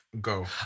Go